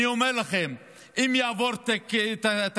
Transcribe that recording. אני אומר לכם, אם יעבור התקציב